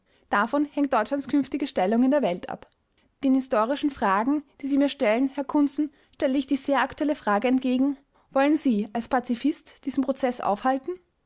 davon hängt deutschlands künftige stellung in der welt ab den historischen fragen die sie mir stellen herr kuntzen stelle ich die sehr aktuelle frage entgegen wollen sie als pazifist diesen prozeß aufhalten